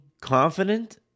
confident